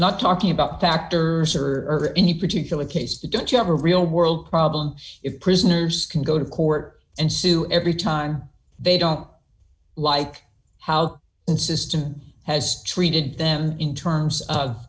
not talking about doctors or any particular case don't you have a real world problem if prisoners can go to court and sue every time they don't like how insistent has treated them in terms of